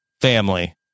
family